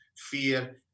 fear